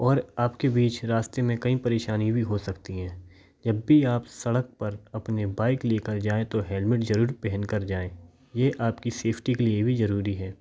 और आप को बीच रास्ते में कई परेशानी भी हो सकती है जब भी आप सड़क पर अपनी बाइक ले कर जाएं तो हेलमेट ज़रूर पहन कर जाएं ये आप की सेफ्टी के लिए भी ज़रूरी है